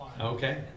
Okay